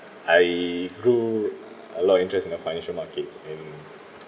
I grew a lot of interest in the financial markets and